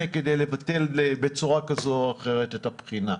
כדי לבטל בצורה כזו או אחרת את הבחינה,